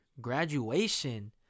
Graduation